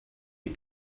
you